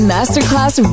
Masterclass